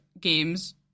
games